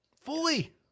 fully